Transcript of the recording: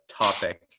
topic